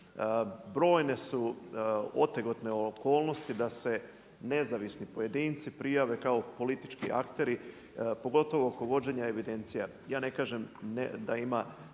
Brojne su otegotne okolnosti da se nezavisni pojedinci prijave kao politički akteri pogotovo oko vođenja evidencija. Ja ne kažem da ima